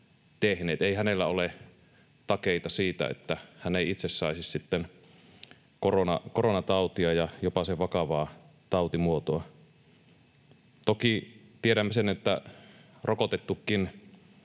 tehneet, ei hänellä ole takeita siitä, että hän ei itse saisi sitten koronatautia ja jopa sen vakavaa tautimuotoa. Toki tiedämme, että rokotettukin